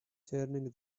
turning